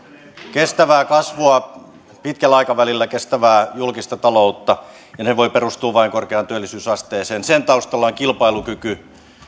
kestävää kasvua pitkällä aikavälillä kestävää julkista taloutta ja nehän voivat perustua vain korkeaan työllisyysasteeseen sen taustalla on kilpailukyky